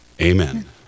amen